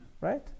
right